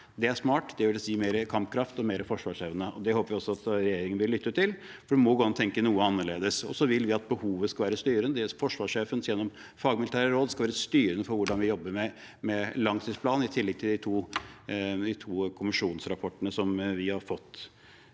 Det er smart. Det vil si mer kampkraft og mer forsvarsevne. Det håper vi at også regjeringen vil lytte til, for det må gå an å tenke noe annerledes. Vi vil at behovet skal være styrende – at forsvarssjefen, gjennom det fagmilitære rådet, skal være styrende for hvordan vi jobber med langtidsplanen i tillegg til de to kommisjonsrapportene som vi har fått.